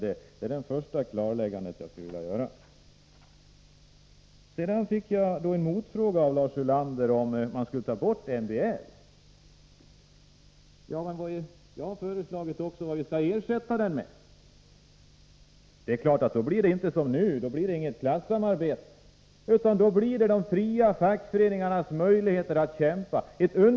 Detta är det första klarläggande jag skulle vilja göra. Jag fick en motfråga av Lars Ulander — om man skulle ta bort MBL. Ja, men jag har också föreslagit vad vi skall ersätta den med. Det är klart att det då inte blir som nu. Då blir det inget klassamarbete, utan då blir det ett understöd för de fria fackföreningarnas möjligheter att kämpa.